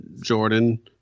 Jordan